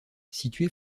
située